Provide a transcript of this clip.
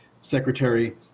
secretary